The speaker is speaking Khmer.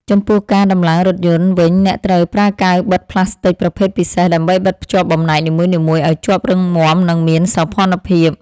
ចំពោះការដំឡើងរថយន្តវិញអ្នកត្រូវប្រើកាវបិទផ្លាស្ទិចប្រភេទពិសេស ដើម្បីបិទភ្ជាប់បំណែកនីមួយៗឱ្យជាប់រឹងមាំ និងមានសោភ័ណភាព។